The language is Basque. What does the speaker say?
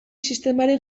sistemaren